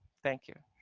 thank you.